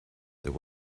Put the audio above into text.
there